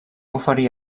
oferir